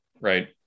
right